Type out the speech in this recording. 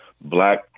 Black